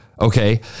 okay